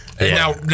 now